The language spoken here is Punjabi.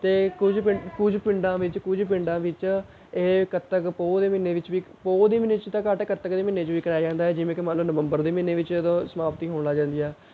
ਅਤੇ ਕੁਝ ਪਿੰਡ ਕੁਝ ਪਿੰਡਾਂ ਵਿੱਚ ਕੁਝ ਪਿੰਡਾਂ ਵਿੱਚ ਇਹ ਕੱਤਕ ਪੋਹ ਦੇ ਮਹੀਨੇ ਵਿੱਚ ਵੀ ਪੋਹ ਦੇ ਮਹੀਨੇ ਵਿੱਚ ਤਾਂ ਘੱਟ ਕੱਤਕ ਦੇ ਮਹੀਨੇ 'ਚ ਵੀ ਕਰਵਾਇਆ ਜਾਂਦਾ ਹੈ ਜਿਵੇਂ ਕਿ ਮੰਨ ਲਉ ਨਵੰਬਰ ਦੇ ਮਹੀਨੇ ਵਿੱਚ ਜਦੋਂ ਸਮਾਪਤੀ ਹੋਣ ਲੱਗ ਜਾਂਦੀ ਹੈ